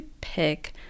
pick